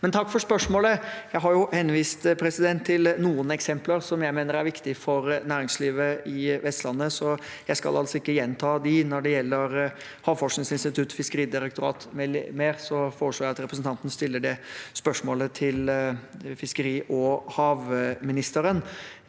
takk for spørsmålet. Jeg har jo vist til noen eksempler som jeg mener er viktige for næringslivet på Vestlandet, så jeg skal ikke gjenta dem. Når det gjelder Havforskningsinstituttet, Fiskeridirektoratet m.m., foreslår jeg at representanten stiller det spørsmålet til fiskeri- og havministeren.